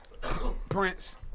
Prince